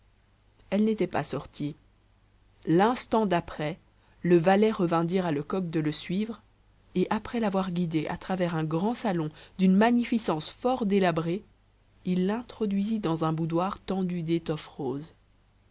elle n'était pas sortie l'instant d'après le valet revint dire à lecoq de le suivre et après l'avoir guidé à travers un grand salon d'une magnificence fort délabrée il l'introduisit dans un boudoir tendu d'étoffe rose